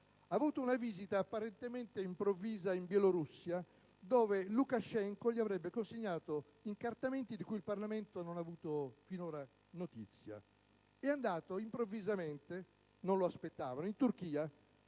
Ha fatto una visita apparentemente improvvisa in Bielorussia, dove Lukashenko gli avrebbe consegnato incartamenti di cui il Parlamento non ha avuto finora notizia. È andato improvvisamente - non lo aspettavano - in Turchia,